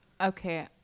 Okay